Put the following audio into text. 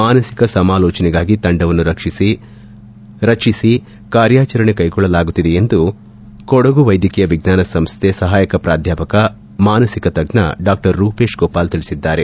ಮಾನಸಿಕ ಸಮಾಲೋಚನೆಗಾಗಿ ತಂಡವನ್ನು ರಚಿಸಿ ಕಾರ್ಯಾಚರಣೆ ಕೈಗೊಳ್ಳಲಾಗುತ್ತಿದೆ ಎಂದು ಕೊಡಗು ವೈದ್ಯಕೀಯ ವಿಜ್ಞಾನ ಸಂಸ್ಥೆ ಸಹಾಯಕ ಪ್ರಾಧ್ವಾಪಕ ಮಾನಸಿಕ ತಜ್ಜ ಡಾ ರೂಪೇಶ್ ಗೋಪಾಲ್ ತಿಳಿಸಿದರು